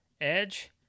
Edge